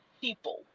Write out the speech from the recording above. people